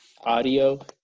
audio